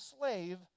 slave